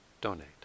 donate